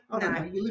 No